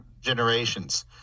generations